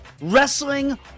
Wrestling